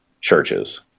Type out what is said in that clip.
churches